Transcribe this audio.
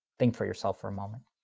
think for yourself for a moment.